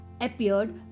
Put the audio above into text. appeared